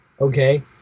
okay